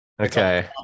Okay